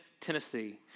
Tennessee